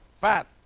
fat